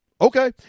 okay